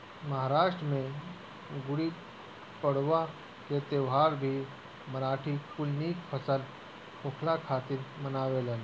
महाराष्ट्र में गुड़ीपड़वा के त्यौहार भी मराठी कुल निक फसल होखला खातिर मनावेलन